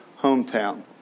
hometown